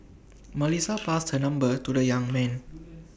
Melissa passed her number to the young man